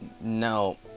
No